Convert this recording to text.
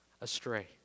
astray